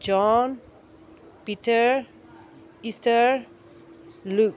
zone Peter Esther look